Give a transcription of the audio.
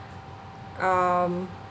um